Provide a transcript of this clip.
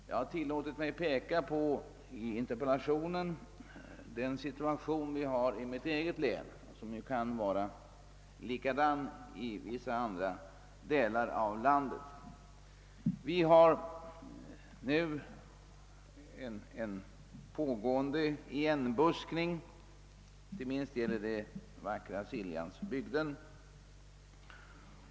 I min interpellation har jag tillåtit mig peka på situationen i mitt hemlän — och den kan vara densamma i andra delar i landet — där det nu pågår en omfattande igenbuskning, inte minst i den vackra Siljansbygden.